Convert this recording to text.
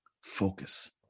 Focus